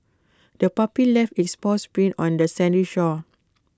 the puppy left its paw prints on the sandy shore